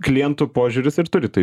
klientų požiūris ir turi tai